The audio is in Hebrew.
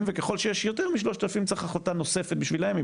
וככול שיש יותר מ-3,000 צריך החלטה נוספת בשבילם,